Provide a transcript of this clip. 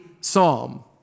psalm